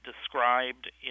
described